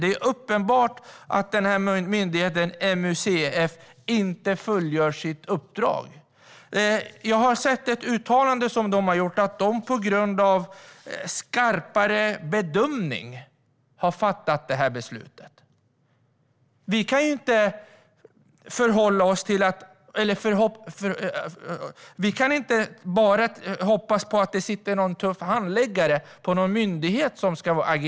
Det är uppenbart att myndigheten, MUCF, inte fullgör sitt uppdrag. Jag har sett ett uttalande man har gjort om att det beslutet har fattats på grund av skarpare bedömning. Vi kan inte bara hoppas att det sitter en tuff handläggare på en myndighet.